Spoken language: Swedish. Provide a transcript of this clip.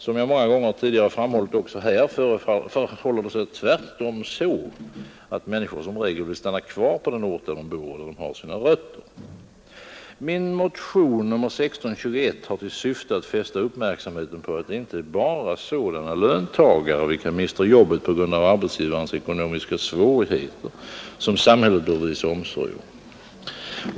Som jag många gånger tidigare framhållit också här förhåller det sig tvärtom så, att människor som regel vill stanna kvar på den ort där de bor, där de har sina rötter. Min motion 1621 har till syfte att fästa uppmärksamheten på att det inte bara är sådana löntagare, vilka mister jobbet på grund av arbetsgivarens ekonomiska svårigheter, som samhället bör visa omsorg om.